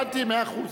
הבנתי, מאה אחוז.